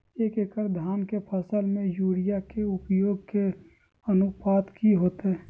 एक एकड़ धान के फसल में यूरिया के उपयोग के अनुपात की होतय?